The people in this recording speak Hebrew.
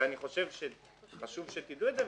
ואני חושב שחשוב שתדעו את זה,